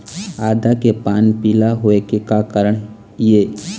आदा के पान पिला होय के का कारण ये?